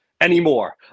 anymore